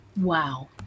wow